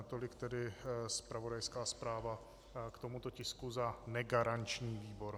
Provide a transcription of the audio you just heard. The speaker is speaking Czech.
Tolik tedy zpravodajská zpráva k tomuto tisku za negaranční výbor.